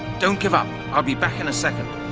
don't give up! i'll be back in a second.